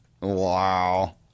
Wow